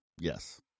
Yes